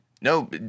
no